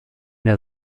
der